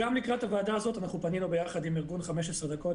גם לקראת הוועדה הזאת פנינו ביחד עם ארגון "15 דקות",